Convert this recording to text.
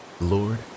Lord